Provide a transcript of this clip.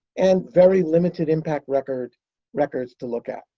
and very limited impact records records to look at.